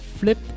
flip